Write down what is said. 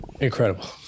incredible